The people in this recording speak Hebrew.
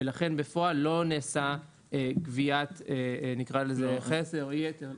ולכן בפועל לא נעשתה גביית חסר או יתר.